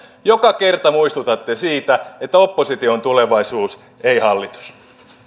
joka kerta muistutatte siitä että oppositio on tulevaisuus ei hallitus